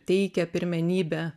teikia pirmenybę